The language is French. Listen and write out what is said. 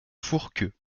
fourqueux